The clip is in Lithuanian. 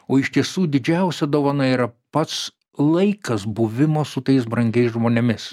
o iš tiesų didžiausia dovana yra pats laikas buvimo su tais brangiais žmonėmis